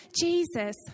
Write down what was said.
Jesus